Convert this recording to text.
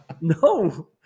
No